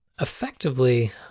effectively